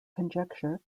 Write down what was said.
conjecture